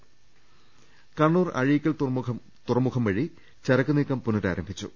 ് കണ്ണൂർ അഴീക്കൽ തുറമുഖം വഴി ചരക്കു നീക്കം പുനരാരംഭിച്ചു